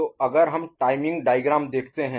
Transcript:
तो अगर हम टाइमिंग डायग्राम Diagram चित्र देखते हैं